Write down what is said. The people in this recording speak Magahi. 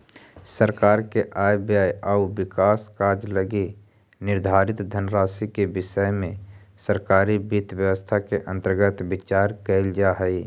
सरकार के आय व्यय आउ विकास कार्य लगी निर्धारित धनराशि के विषय में सरकारी वित्त व्यवस्था के अंतर्गत विचार कैल जा हइ